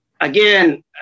again